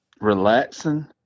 Relaxing